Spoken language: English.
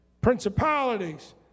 principalities